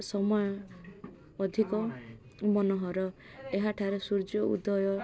ସମୟ ଅଧିକ ମନୋହର ଏହାଠାରେ ସୂର୍ଯ୍ୟ ଉଦୟ